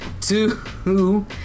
Two